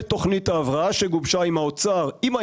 התוכנית הזו מניחה שההפרטה של החברה תתבצע במהירות כי